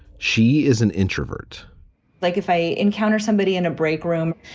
she is an introvert like, if i encounter somebody in a break room,